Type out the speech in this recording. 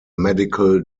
medical